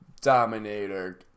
dominator